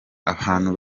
abantu